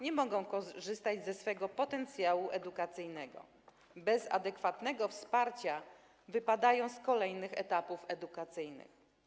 Nie mogą one korzystać ze swego potencjału edukacyjnego, bez adekwatnego wsparcia wypadają z kolejnych etapów edukacyjnych.